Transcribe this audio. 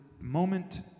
moment